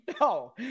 No